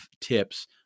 tips